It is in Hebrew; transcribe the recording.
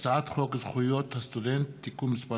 הצעת חוק זכויות הסטודנט (תיקון מס'